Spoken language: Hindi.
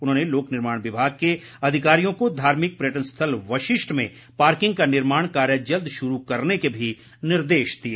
उन्होंने लोक निर्माण विभाग के अधिकारियों को धार्मिक पर्यटन स्थल वशिष्ठ में पार्किंग का निर्माण कार्य जल्द शुरू करने के भी निर्देश दिए